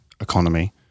economy